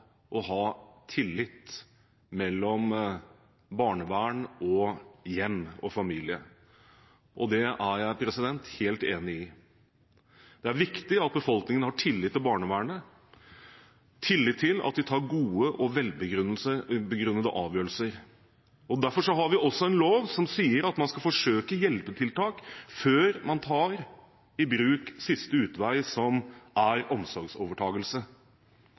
ha tillit mellom barnevern og hjem og familie, og det er jeg helt enig i. Det er viktig at befolkningen har tillit til barnevernet, tillit til at de tar gode og velbegrunnede avgjørelser. Derfor har vi også en lov som sier at man skal forsøke hjelpetiltak før man tar i bruk siste utvei, som er omsorgsovertakelse.